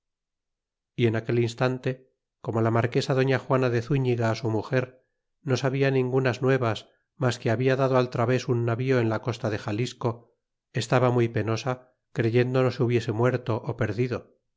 y en aquel instante como la marquesa doña juana de zúülga su muger no sabia ningunas nuevas mas que habia dado al traves un navío en la costa de xalisco estaba muy penosa creyendo no se hubiese muerto ó perdido